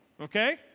okay